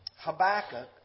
Habakkuk